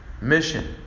Mission